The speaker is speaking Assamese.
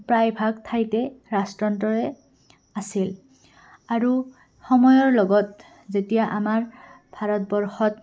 প্ৰায়ভাগ ঠাইতে ৰাজতন্ত্ৰয়ে আছিল আৰু সময়ৰ লগত যেতিয়া আমাৰ ভাৰতবৰ্ষত